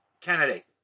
candidate